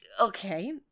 okay